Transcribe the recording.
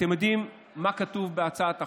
אתם יודעים מה כתוב בהצעת החוק?